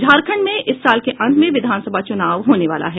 झारखंड में इस साल के अंत में विधानसभा चुनाव होने वाला हैं